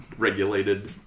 Regulated